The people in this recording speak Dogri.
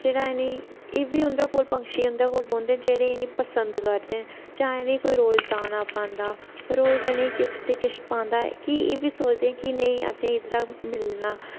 जेहड़ा इनेंगी ऐ बी उंदे कोल पक्षी उंदे कोल बौहंदे ना जेहडे इनेंगी पंसद करदे ना जां इनेंगी रोज कोई दाना पांदा रोज इनेंगी किश ते किश पांदा कि एह्बी सोचदे कि नेई असेंगी इद्धरा मिलना